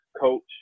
Coach